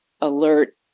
alert